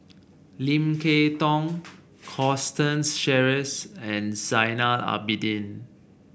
Lim Kay Tong Constance Sheares and Zainal Abidin